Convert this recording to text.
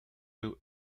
will